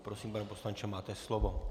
Prosím, pane poslanče, máte slovo.